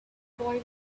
boy